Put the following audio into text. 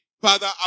Father